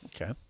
Okay